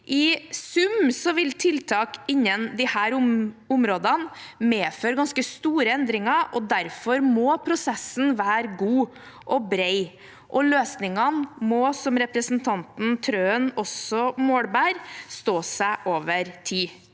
I sum vil tiltak innen disse områdene medføre ganske store endringer, og derfor må prosessen være god og bred, og løsningene må, som representanten Trøen også målbærer, stå seg over tid.